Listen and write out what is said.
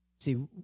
See